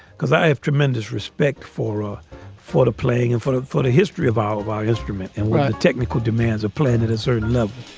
because i have tremendous respect for ah for the playing and sort of for the history of all of our instrument and technical demands of playing at a certain